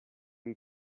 you